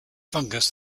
fungus